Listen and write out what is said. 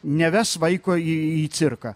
neves vaiko į į cirką